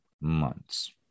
months